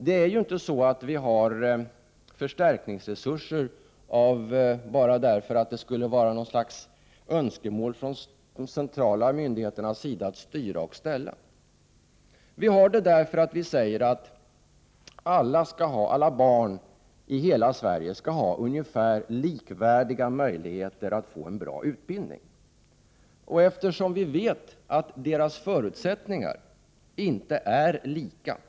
Det är ju inte så, att vi har förstärkningsresurser bara därför att det skulle vara något slags önskemål från de centrala myndigheternas sida att styra och ställa. I stället har vi statsbidraget därför att alla barn i hela Sverige skall ha likvärdiga möjligheter att få en bra utbildning. Vi vet ju att barn inte har samma förutsättningar, att de t.ex. har olika Prot.